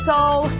Soul